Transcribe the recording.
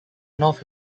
north